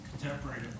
contemporary